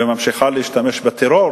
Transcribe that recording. ולא של פתרון